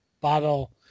bottle